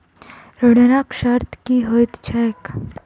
ऋणक शर्त की होइत छैक?